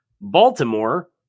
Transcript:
Baltimore